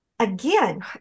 Again